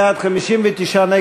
61 בעד, 59 נגד.